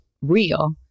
real